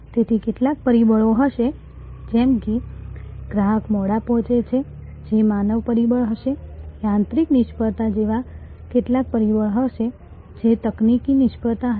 તેથી કેટલાક પરિબળો હશે જેમ કે ગ્રાહક મોડા પહોંચે છે જે માનવ પરિબળ હશે યાંત્રિક નિષ્ફળતા જેવા કેટલાક પરિબળ હશે જે તકનીકી નિષ્ફળતા હશે